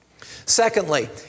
Secondly